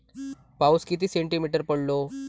पाऊस किती सेंटीमीटर पडलो?